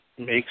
makes